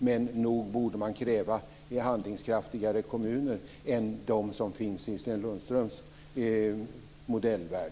Men nog borde man kräva handlingskraftigare kommuner än de som finns i Sten Lundströms modellvärld.